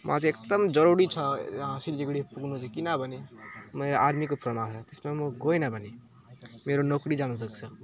मलाई चाहिँ एकदम जरुरी छ यहाँ सिलिगुढी पुग्नु चाहिँ किनभने मेरो आर्मीको फर्म आएको छ त्यसमा म गइनँ भने मेरो नोकरी जानुसक्छ